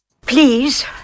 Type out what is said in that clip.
Please